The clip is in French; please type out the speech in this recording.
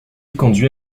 conduit